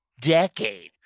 decade